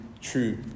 true